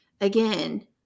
again